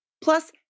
Plus